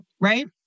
right